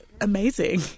amazing